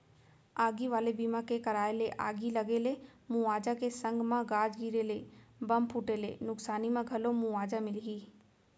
आगी वाले बीमा के कराय ले आगी लगे ले मुवाजा के संग म गाज गिरे ले, बम फूटे ले नुकसानी म घलौ मुवाजा मिलही